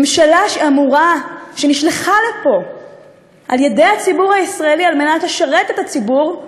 ממשלה שנשלחה לפה על-ידי הציבור הישראלי כדי לשרת את הציבור,